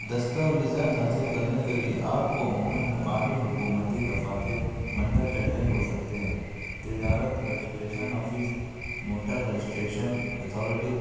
دستاویزات حاصل کرنے کے لیے آپ کو عموماً مقامی حکومتی دفاتر مندرجہ ذیل ہو سکتے ہیں تجارت registration office motor registration authority